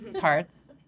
parts